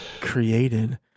created